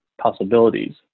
possibilities